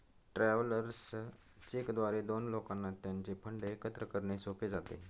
travellers cheque द्वारे दोन लोकांना त्यांचे फंड एकत्र करणे सोपे जाते